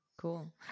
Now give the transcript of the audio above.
Cool